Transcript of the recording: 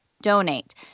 donate